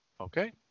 Okay